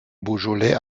beaujolais